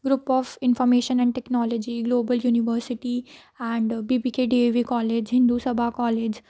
group of information and technology global university and B B K D A V college Hindu Sabha college